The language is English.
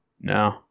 No